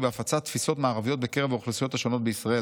בהפצת תפיסות מערביות בקרב האוכלוסיות השונות בישראל,